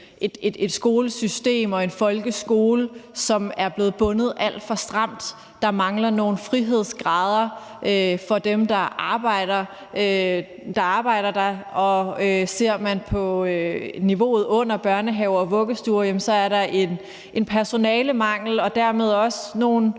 et skolesystem og en folkeskole, som er blevet bundet alt for stramt. Der mangler nogle frihedsgrader for dem, der arbejder der, og ser man på niveauet under, altså børnehaver og vuggestuer, så er der en personalemangel og dermed også nogle